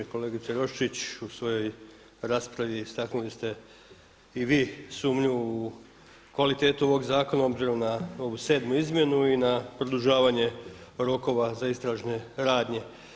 Kolegice Roščić, u svojoj raspravi istaknuli ste i vi sumnju u kvalitetu zakona obzirom na ovu sedmu izmjenu i na produžavanje rokova za istražne radnje.